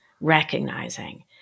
recognizing